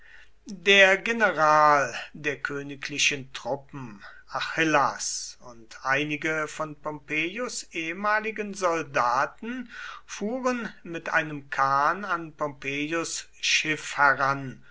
der general der königlichen truppen achillas und einige von pompeius ehemaligen soldaten fuhren mit einem kahn an pompeius schiff heran